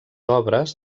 obres